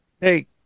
hey